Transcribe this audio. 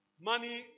Money